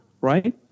right